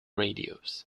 radios